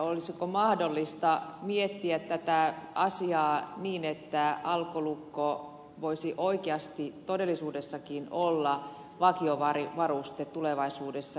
olisiko mahdollista miettiä tätä asiaa niin että alkolukko voisi oikeasti todellisuudessakin olla vakiovaruste tulevaisuudessa